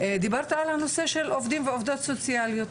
דיברת על הנושא של עובדים ועובדות סוציאליות.